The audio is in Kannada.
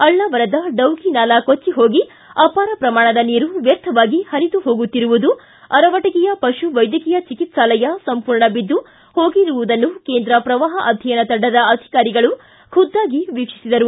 ಅಳ್ನಾವರದ ಡೌಗಿನಾಲಾ ಕೊಚ್ಚಿ ಹೋಗಿ ಅಪಾರ ಶ್ರಮಾಣದ ನೀರು ವ್ವರ್ಥವಾಗಿ ಹರಿದು ಹೋಗುತ್ತಿರುವುದು ಅರವಟಗಿಯ ಪಶು ವೈದ್ಯಕೀಯ ಚಿಕಿತ್ಸಾಲಯ ಸಂಪೂರ್ಣ ಬಿದ್ದು ಹೋಗಿರುವುದನ್ನು ಕೇಂದ್ರ ಪ್ರವಾಹ ಅಧ್ಯಯನ ತಂಡದ ಅಧಿಕಾರಿಗಳು ಖುದ್ದಾಗಿ ವೀಕ್ಷಿಸಿದರು